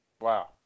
Wow